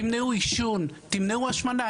תמנעו עישון, תמנעו השמנה.